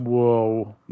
Whoa